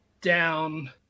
down